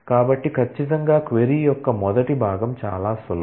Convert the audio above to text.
కాబట్టి ఖచ్చితంగా క్వరీ యొక్క మొదటి భాగం చాలా సులభం